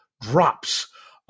drops